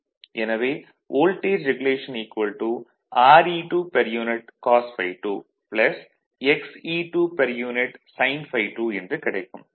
எனவே voltage regulation Re2 per unit cos ∅2 Xe2 per unit sin ∅2 என்று கிடைக்கும்